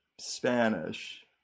spanish